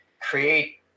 create